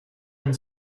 and